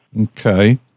Okay